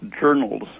journals